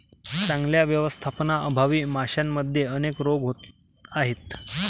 चांगल्या व्यवस्थापनाअभावी माशांमध्ये अनेक रोग होत आहेत